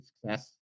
success